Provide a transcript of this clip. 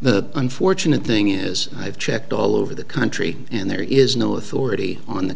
the unfortunate thing is i've checked all over the country and there is no authority on the